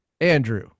Andrew